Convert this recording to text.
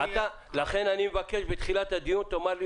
לכן אני מבקש בתחילת הדיון שתגיד לי